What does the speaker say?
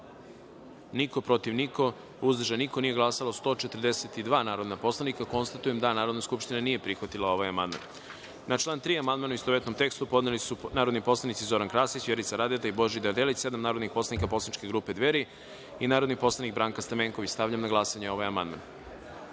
protiv – niko, uzdržanih – nema, nije glasalo 143 narodna poslanika. Konstatujem da Narodna skupština nije prihvatila ovaj amandman. Na član 21. amandman, u istovetnom tekstu, podneli su narodni poslanici Zoran Krasić, Vjerica Radeta i Božidar Delić, sedam narodnih poslanika poslaničke grupe Dveri i narodni poslanik Branka Stamenković. Stavljam na glasanje ovaj